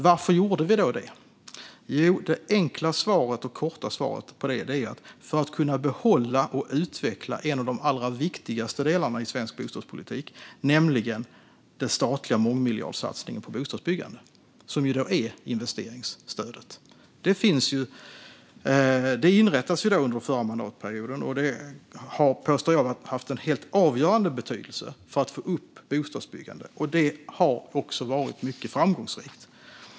Varför gjorde vi då den? Jo, det enkla och korta svaret på det är: för att kunna behålla och utveckla en av de allra viktigaste delarna i svensk bostadspolitik, nämligen den statliga mångmiljardsatsning på bostadsbyggande som är investeringsstödet. Investeringsstödet inrättades under förra mandatperioden och har, påstår jag, haft helt avgörande betydelse för att få upp bostadsbyggandet. Det har också varit mycket framgångsrikt.